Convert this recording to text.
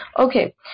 Okay